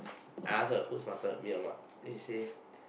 I ask her who's smarter me or Mark then she say